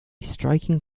striking